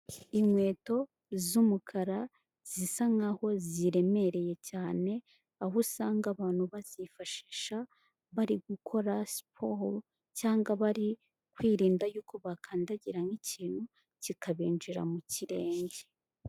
Inkweto z'umukara zisa nk'aho ziremereye cyane, aho usanga abantu bazifashisha bari gukora siporo cyangwa bari kwirinda yuko bakandagira nk'ikintu kikabinjira mu kirenge.